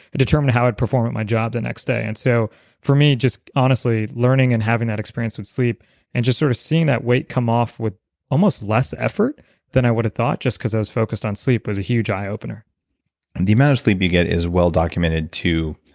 it determined how i'd perform at my job the next day and so for me, just honestly learning and having that experience with sleep and just sort of seeing that weight come off with almost less effort than i would have thought just because i was focused on sleep, was a huge eye opener and the amount of sleep you get is well documented to